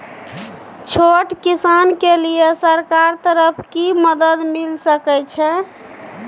छोट किसान के लिए सरकार के तरफ कि मदद मिल सके छै?